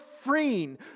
freeing